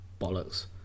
bollocks